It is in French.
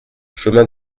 chemin